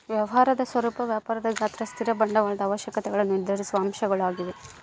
ವ್ಯವಹಾರದ ಸ್ವರೂಪ ವ್ಯಾಪಾರದ ಗಾತ್ರ ಸ್ಥಿರ ಬಂಡವಾಳದ ಅವಶ್ಯಕತೆಗುಳ್ನ ನಿರ್ಧರಿಸುವ ಅಂಶಗಳು ಆಗ್ಯವ